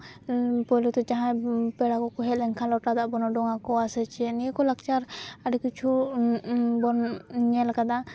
ᱯᱳᱭᱞᱳᱛᱮ ᱡᱟᱦᱟᱸᱭ ᱯᱮᱲᱟ ᱠᱚᱠᱚ ᱦᱮᱡ ᱞᱮᱱᱠᱷᱟᱱ ᱞᱚᱴᱟ ᱫᱟᱜ ᱵᱚᱱ ᱚᱰᱚᱝᱟᱠᱚᱣᱟ ᱥᱮ ᱪᱮᱫ ᱱᱤᱭᱟᱹ ᱠᱚ ᱞᱟᱠᱪᱟᱨ ᱟᱹᱰᱤ ᱠᱤᱪᱷᱩ ᱵᱚᱱ ᱧᱮᱞᱟᱠᱟᱫᱟ